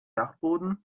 dachboden